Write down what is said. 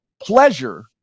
pleasure